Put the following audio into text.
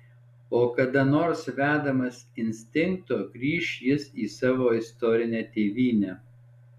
o kada nors vedamas instinkto grįš jis į savo istorinę tėvynę